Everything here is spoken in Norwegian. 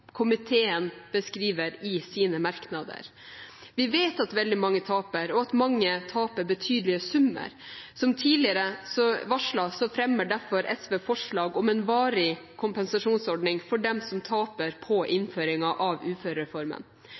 komiteen beskriver i sine merknader. Vi vet at veldig mange taper, og at mange taper betydelige summer. Som tidligere varslet fremmer derfor SV forslag om en varig kompensasjonsordning for dem som taper på innføringen av uførereformen.